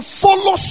follow